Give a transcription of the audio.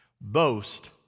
boast